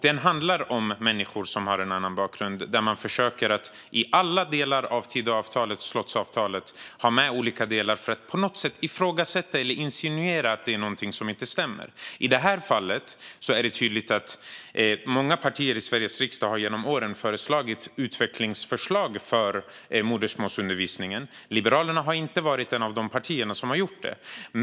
Den handlar om människor som har en annan bakgrund. Man försöker att i alla delar av Tidöavtalet, eller slottsavtalet, ha med olika delar för att på något sätt ifrågasätta eller insinuera att det är någonting som inte stämmer. Många partier i Sveriges riksdag har genom åren lagt fram utvecklingsförslag för modersmålsundervisningen. Liberalerna har inte varit ett av de partier som har gjort det.